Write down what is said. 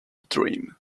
dream